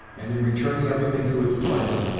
and in returning everything to its place.